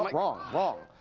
like wrong, wrong.